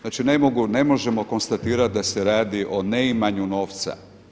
Znači, ne možemo konstatirati da se ne radi o neimanju novca.